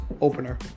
opener